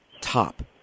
top